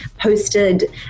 posted